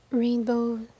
Rainbow